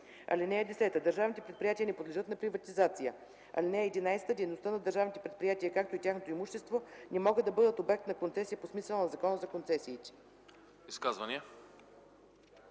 ал. 3. (10) Държавните предприятия не подлежат на приватизация. (11) Дейността на държавните предприятия, както и тяхното имущество не могат да бъдат обект на концесия по смисъла на Закона за концесиите.”